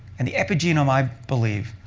and the epigenome, i believe,